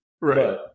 Right